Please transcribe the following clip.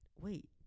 wait